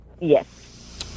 Yes